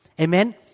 Amen